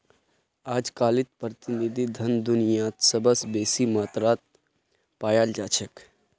अजकालित प्रतिनिधि धन दुनियात सबस बेसी मात्रात पायाल जा छेक